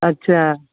अच्छा